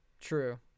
True